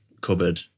cupboard